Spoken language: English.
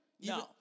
No